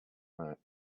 that